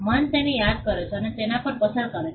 મન તેને યાદ કરે છે અને તેના પર પસાર કરે છે